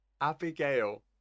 Abigail